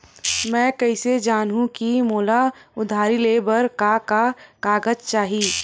मैं कइसे जानहुँ कि मोला उधारी ले बर का का कागज चाही?